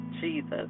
Jesus